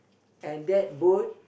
and that boat